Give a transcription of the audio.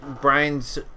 Brian's